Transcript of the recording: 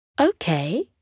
Okay